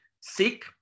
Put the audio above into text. seek